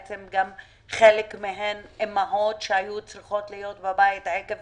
חלק מהם הן אימהות שהיו צריכות להיות בבית עקב